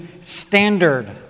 standard